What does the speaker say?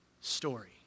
story